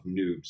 noobs